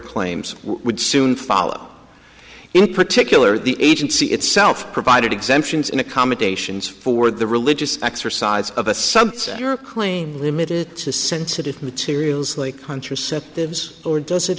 claims would soon follow in particular the agency itself provided exemptions in accommodations for the religious exercise of a subset your claim limited to sensitive materials like contraceptives or does it